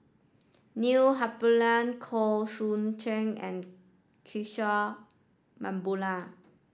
Neil Humphreys Khoo Swee Chiow and Kishore Mahbubani